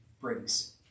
brings